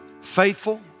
Faithful